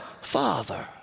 Father